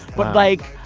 but like,